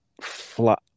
flat